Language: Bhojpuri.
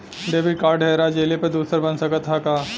डेबिट कार्ड हेरा जइले पर दूसर बन सकत ह का?